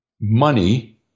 money